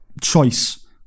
choice